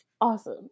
Awesome